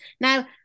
Now